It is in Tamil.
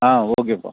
ஆ ஓகேபா